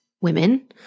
women